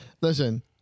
Listen